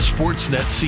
Sportsnet